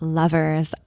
lovers